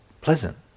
pleasant